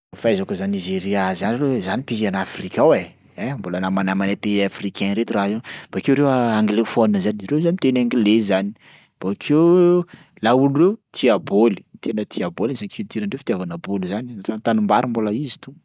Fahaizako zany Nigeria zany aloha e zany pays an'Afrika ao e ein, mbola namanamanay pays africains reto raha io. Bakeo reo anglophone zany, reo zany miteny anglais zany. B 么 keo laolo reo tia b 么 ly, tena tia b 么 ly zay culturandreo fitiavana b 么 ly zany, hatrany tanimbary mbola izy to.